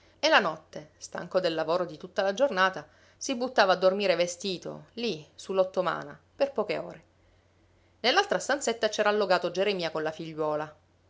e la notte stanco del lavoro di tutta la giornata si buttava a dormire vestito lì su l'ottomana per poche ore nell'altra stanzetta c'era allogato geremia con la figliuola